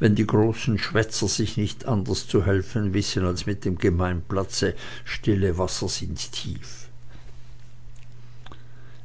wenn die großen schwätzer sich nicht anders zu helfen wissen als mit dem gemeinplatze stille wasser sind tief